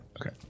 okay